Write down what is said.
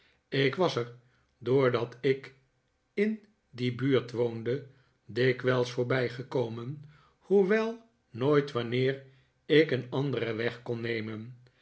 ik was er doordat ik in die buurt woonde dikwijls voorbijgekomen hoewel nooit wanneer ik een anderen weg kon nemen